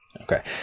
Okay